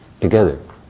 together